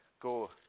go